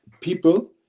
people